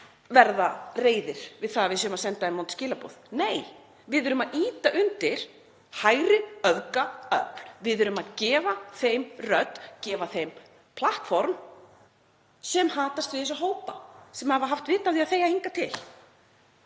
verða reiðir við það að við séum að senda þeim vond skilaboð, nei, við erum að ýta undir hægri öfgaöfl. Við erum að gefa þeim rödd, gefa þeim „platform“ sem hatast við þessa hópa, sem hafa haft vit á því að þegja hingað til.